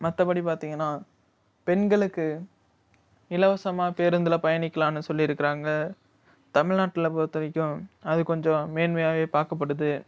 மற்றபடி பார்த்தீங்கன்னா பெண்களுக்கு இலவசமாக பேருந்தில் பயணிக்கலான்னு சொல்லிருக்குறாங்க தமிழ்நாட்டில் பொறுத்தவரைக்கும் அது கொஞ்சம் மேன்மையாகவே பார்க்கப்படுது